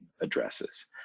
addresses